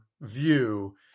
view